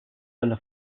della